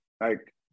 Like-